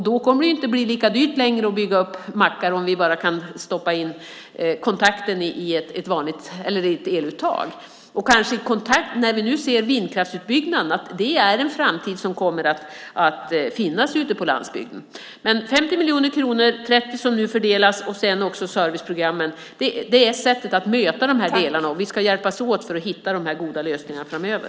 Då kommer det inte längre att vara lika dyrt att bygga upp mackar, om vi bara kan stoppa in kontakten i ett eluttag. När vi nu ser vindkraftsutbyggnaden kanske det kommer att vara framtiden för landsbygden. Men 50 miljoner kronor och de 30 som nu fördelas och sedan också serviceprogrammen är sättet att möta de här delarna, och vi ska hjälpas åt för att hitta de goda lösningarna framöver.